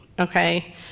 Okay